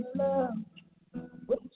love